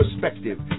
perspective